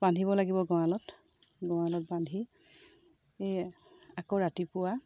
বান্ধিব লাগিব গঁৰালত গঁৰালত বান্ধি আকৌ ৰাতিপুৱা